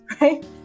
right